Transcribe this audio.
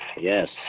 Yes